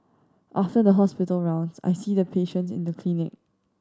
after the hospital rounds I see the patients in the clinic